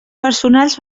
personals